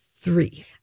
Three